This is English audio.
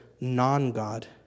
non-god